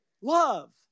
love